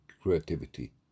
creativity